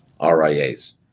RIAs